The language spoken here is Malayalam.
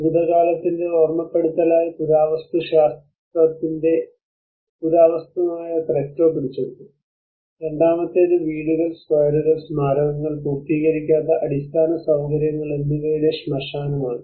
ഭൂതകാലത്തിന്റെ ഓർമ്മപ്പെടുത്തലായി പുരാവസ്തുശാസ്ത്രത്തിന്റെ പുരാവസ്തുമായ ക്രെറ്റോ പിടിച്ചെടുത്തു രണ്ടാമത്തേത് വീടുകൾ സ്ക്വയറുകൾ സ്മാരകങ്ങൾ പൂർത്തീകരിക്കാത്ത അടിസ്ഥാന സൌകര്യങ്ങൾ എന്നിവയുടെ ശ്മശാനമാണ്